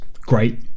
great